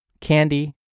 candy